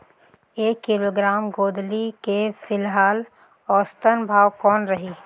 एक किलोग्राम गोंदली के फिलहाल औसतन भाव कौन रही?